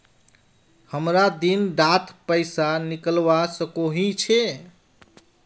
हमरा दिन डात पैसा निकलवा सकोही छै?